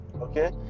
Okay